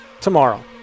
tomorrow